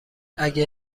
اگه